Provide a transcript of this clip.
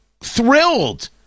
thrilled